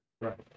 Right